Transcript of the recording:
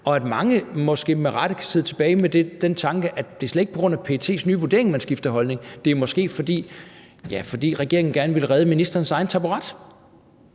og at mange måske med rette kan sidde tilbage med den tanke, at det slet ikke er på grund af PET's nye vurdering, man skifter holdning, men at det måske er, fordi regeringen gerne vil redde ministerens egen taburet.